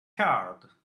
card